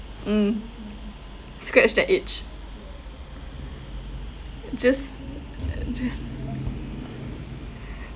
mm scratch the edge just just